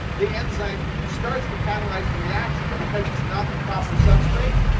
the enzyme starts to catalyze the reaction. but because it's not the proper substrate,